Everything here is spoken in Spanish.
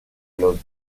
los